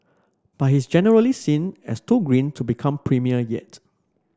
but he's generally seen as too green to become premier yet